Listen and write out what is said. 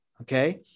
okay